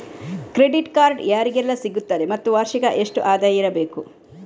Credit card ಯಾರಿಗೆಲ್ಲ ಸಿಗುತ್ತದೆ ಮತ್ತು ವಾರ್ಷಿಕ ಎಷ್ಟು ಆದಾಯ ಇರಬೇಕು?